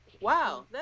Wow